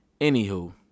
Anywho